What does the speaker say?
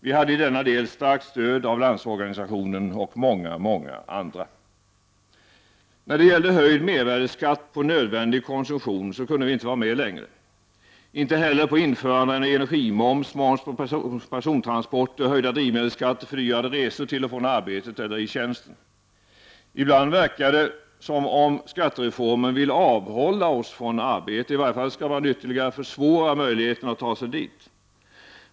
Vi hade i denna del starkt stöd från landsorganisationen och många, många andra håll. När det gällde höjd mervärdeskatt på nödvändig konsumtion kunde vi inte vara med längre. Vi kunde inte heller vara med på införande av energimoms, moms på persontransporter, höjda drivmedelsskatter och fördyrade resor till och från arbetet eller i tjänsten. Ibland verkar det som om skattereformen vill avhålla oss från arbete, i varje fall skall man ytterligare försvåra möjligheten att ta sig dit.